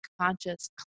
conscious